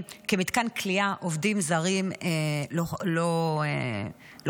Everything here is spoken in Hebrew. כמתקן כליאה לעובדים זרים לא חוקיים,